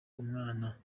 umwana